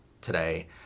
today